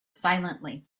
silently